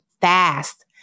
fast